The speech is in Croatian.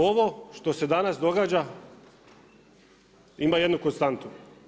Ovo što se danas događa ima jednu konstantu.